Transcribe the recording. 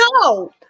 no